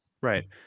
Right